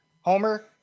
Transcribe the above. Homer